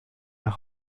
nach